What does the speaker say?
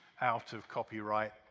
out-of-copyright